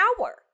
hour